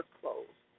closed